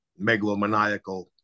megalomaniacal